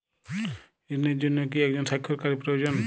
ঋণের জন্য কি একজন স্বাক্ষরকারী প্রয়োজন?